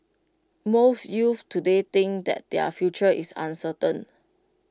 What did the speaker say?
most youths today think that their future is uncertain